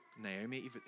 Naomi